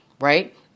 right